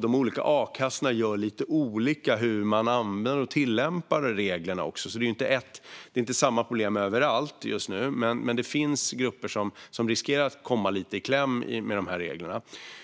De olika a-kassorna tillämpar reglerna lite olika. Det är inte samma problem överallt just nu, men det finns grupper som riskerar att komma lite i kläm med de här reglerna.